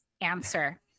answer